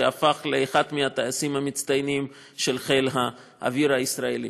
שהפך לאחד מהטייסים המצטיינים של חיל האוויר הישראלי.